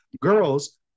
girls